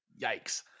Yikes